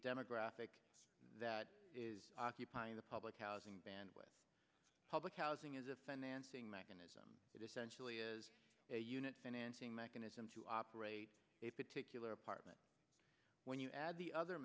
demographic that is occupying the public housing bandwidth public housing is a financing mechanism that essentially is a unit financing mechanism to operate a particular apartment when you add the other